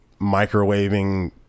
microwaving